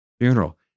funeral